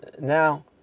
now